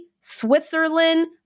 Switzerland